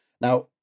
Now